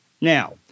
Now